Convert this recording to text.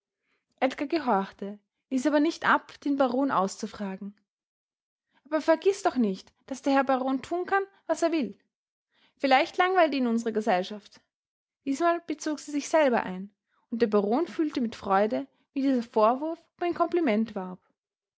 gehorchte ließ aber nicht ab den baron auszufragen aber vergiß doch nicht daß der herr baron tun kann was er will vielleicht langweilt ihn unsere gesellschaft diesmal bezog sie sich selber ein und der baron fühlte mit freude wie dieser vorwurf um ein kompliment warb